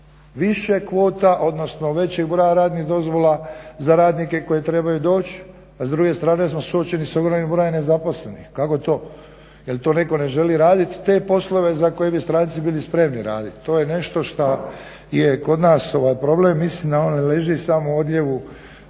više kvota, odnosno većeg broja radnih dozvola za radnike koji trebaju doć, a s druge strane smo suočeni s ogromnim brojem nezaposlenih, kako to? Je li to neko ne želi radit te poslove za koje bi stranci bili spremni radit? To je nešto što je kod nas problem, mislim da on ne leži samo u odljevu